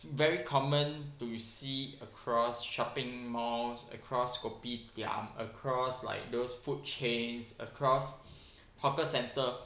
very common to see across shopping malls across kopitiam across like those food chains across hawker centre